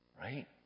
Right